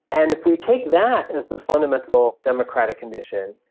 and if we take that as the fundamental democratic condition,